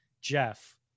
Jeff